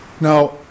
Now